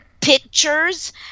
pictures